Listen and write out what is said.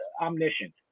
omniscient